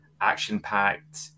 action-packed